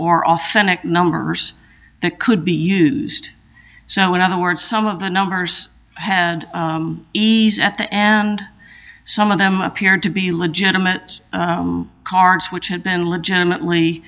or authentic numbers that could be used so in other words some of the numbers hand ease at the and some of them appeared to be legitimate cards which had been legitimately